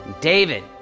David